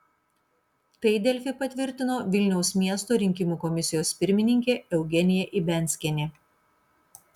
tai delfi patvirtino vilniaus miesto rinkimų komisijos pirmininkė eugenija ibianskienė